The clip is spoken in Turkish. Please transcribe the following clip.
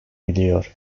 biliyor